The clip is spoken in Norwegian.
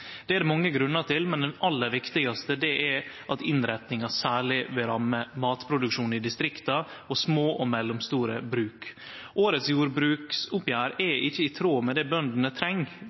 Det er det mange grunnar til, men den aller viktigaste er at innrettinga særleg vil ramme matproduksjonen i distrikta og små og mellomstore bruk. Årets jordbruksoppgjer er ikkje i tråd med det bøndene treng,